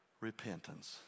repentance